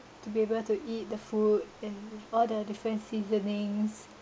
to be able to eat the food and all the different seasonings